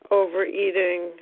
overeating